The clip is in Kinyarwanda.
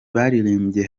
baririmbye